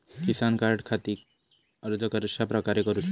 किसान कार्डखाती अर्ज कश्याप्रकारे करूचो?